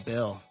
Bill